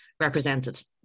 represented